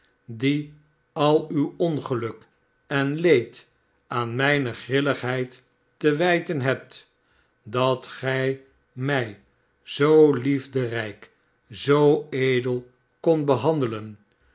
die al uw ongeluk en leed aan mijne grilligheid te wijten hebt dat gij mij zoo liefderijk zoo edel kondt behandelen